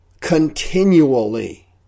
continually